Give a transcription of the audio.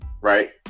Right